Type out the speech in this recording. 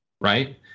right